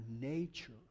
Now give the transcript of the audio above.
nature